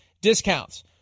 discounts